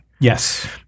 yes